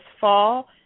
fall